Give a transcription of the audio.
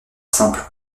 simple